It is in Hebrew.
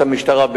מח"ש?